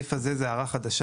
בסעיף הזה זו הערה חדשה,